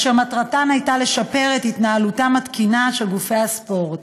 אשר מטרתן הייתה לשפר את התנהלותם התקינה של גופי הספורט.